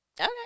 okay